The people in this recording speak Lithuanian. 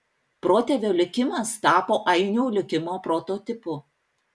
protėvio likimas tapo ainių likimo prototipu